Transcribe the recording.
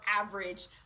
average